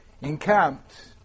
encamped